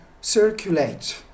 circulate